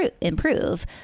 improve